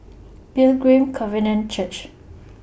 Pilgrim Covenant Church